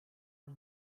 are